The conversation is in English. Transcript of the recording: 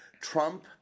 Trump